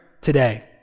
today